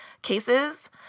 cases